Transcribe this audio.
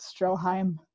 Stroheim